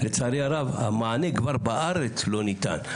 לצערי הרב המענה כבר בארץ לא ניתן.